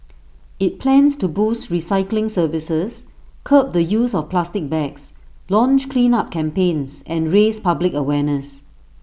IT plans to boost recycling services curb the use of plastic bags launch cleanup campaigns and raise public awareness